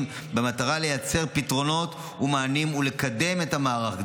במטרה לייצר פתרונות ומענים ולקדם את המהלך,